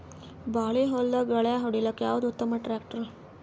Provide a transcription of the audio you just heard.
ಬಾಳಿ ಹೊಲದಾಗ ಗಳ್ಯಾ ಹೊಡಿಲಾಕ್ಕ ಯಾವದ ಉತ್ತಮ ಟ್ಯಾಕ್ಟರ್?